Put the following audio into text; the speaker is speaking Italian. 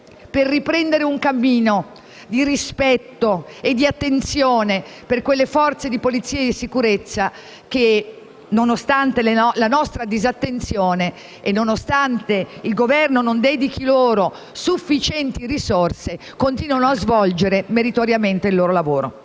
per riprendere un cammino di rispetto per quelle forze di polizia e sicurezza che, a dispetto della nostra disattenzione e nonostante il Governo non dedichi loro sufficienti risorse, continuano a svolgere meritoriamente il loro lavoro.